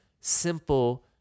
simple